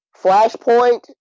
Flashpoint